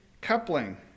coupling